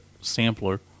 sampler